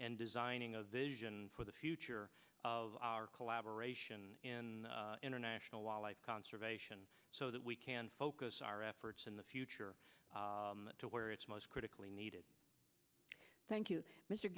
and designing a vision for the future of our collaboration in international law life conservation so that we can focus our efforts in the future to where it's most critically needed thank you mr